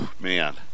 Man